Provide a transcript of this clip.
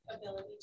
ability